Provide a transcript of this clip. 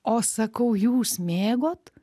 o aš sakau jūs mėgot